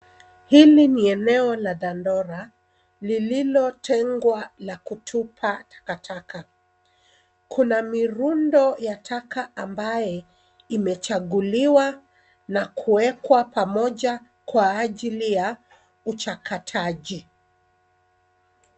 Hili ni eneo la Dandora lililotengwa la kutupa takataka ,kuna mirundo ya taka ambaye imechaguliwa na kuwekwa pamoja kwa ajili ya uchakataji.